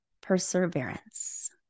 perseverance